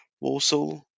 Warsaw